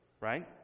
Right